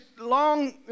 long